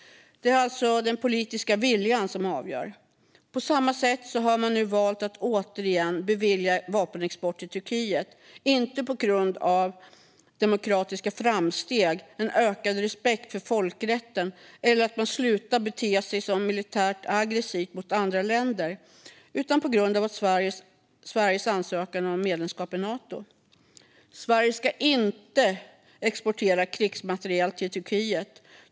Det är alltså den politiska viljan som avgör. På så sätt har man nu valt att återigen bevilja vapenexport till Turkiet - inte på grund av demokratiska framsteg, ökad respekt för folkrätten eller att landet slutat bete sig militärt aggressivt mot andra länder utan på grund av Sveriges ansökan om medlemskap i Nato. Sverige ska inte exportera krigsmateriel till Turkiet.